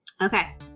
Okay